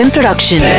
Production